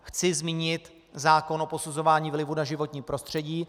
Chci zmínit zákon o posuzování vlivu na životní prostředí.